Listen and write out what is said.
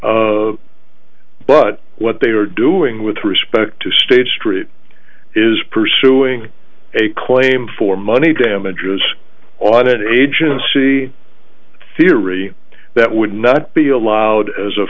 but what they are doing with respect to state street is pursuing a claim for money damages on an agency theory that would not be allowed as a